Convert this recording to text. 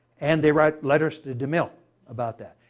and they write letters to demille about that.